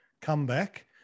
comeback